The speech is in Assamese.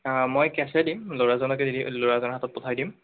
মই কেচেই দিম ল'ৰাজনকে ল'ৰাজনৰ হাতত পঠাই দিম